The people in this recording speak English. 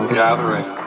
gathering